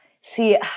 See